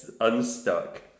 unstuck